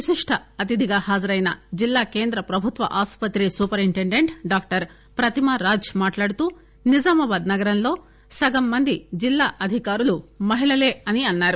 విశిష్ట అతిధిగా హాజరైన జిల్లా కేంద్ర ప్రభుత్వ ఆసుపత్రి సూపరింటెండెంట్ డాక్టర్ ప్రతిమరాజ్ మాట్లాడుతూ నిజామాబాద్ నగరంలో సగం మంది జిల్లా అధికారులు మహిళలే అని అన్నారు